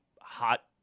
hot